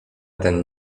ten